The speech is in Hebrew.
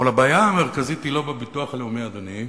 אבל הבעיה המרכזית היא לא בביטוח הלאומי, אדוני,